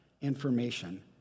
information